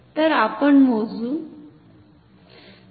तर आपण मोजू